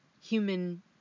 human